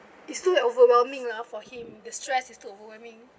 it's still an overwhelming lah for him the stress is too overwhelming